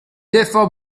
défends